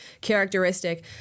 characteristic